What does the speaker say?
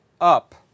up